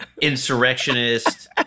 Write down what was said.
insurrectionist